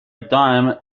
dime